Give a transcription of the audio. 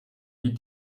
die